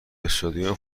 استادیوم